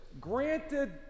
granted